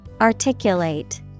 Articulate